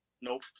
Nope